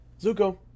Zuko